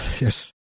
yes